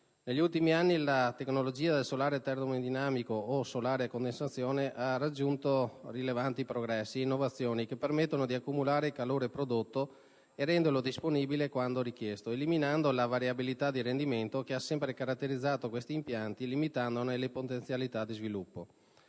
negli ultimi anni la tecnologia del solare termodinamico o solare a condensazione ha raggiunto rilevanti progressi e innovazioni che permettono di accumulare il calore prodotto e renderlo disponibile quando richiesto, eliminando la variabilità di rendimento che ha sempre caratterizzato questi impianti limitandone le potenzialità di sviluppo;